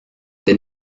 der